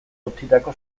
utzitako